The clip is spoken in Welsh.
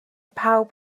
pawb